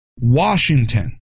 Washington